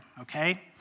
okay